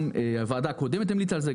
גם הוועדה הקודמת המליצה על זה,